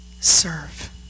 serve